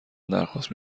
درخواست